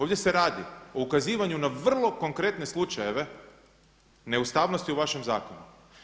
Ovdje se radi o ukazivanju na vrlo konkretne slučajeve neustavnosti u vašem zakonu.